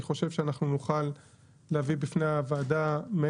אני חושב שאנחנו נוכל להביא בפניה מאין